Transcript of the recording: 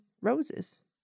roses